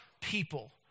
people